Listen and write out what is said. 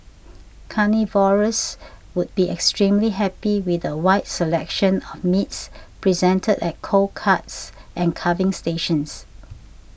carnivores would be extremely happy with a wide selection of meats presented at cold cuts and carving station